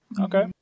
Okay